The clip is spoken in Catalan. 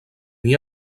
n’hi